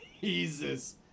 Jesus